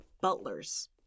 butlers